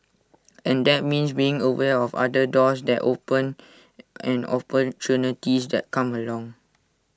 and that means being aware of other doors that open and opportunities that come along